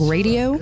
Radio